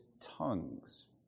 tongues